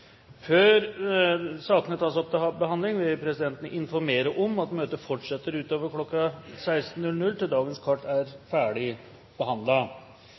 Før sakene på dagens kart tas opp til behandling, vil presidenten informere om at møtet fortsetter utover kl. 16.00 til dagens kart er